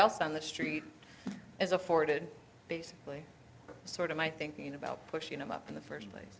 else on the street is afforded basically sort of my thinking about pushing them up in the first place